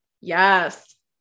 Yes